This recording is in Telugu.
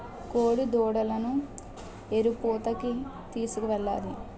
కోడిదూడలను ఎరుపూతకి తీసుకెళ్లాలి